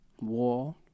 War